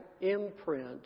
imprint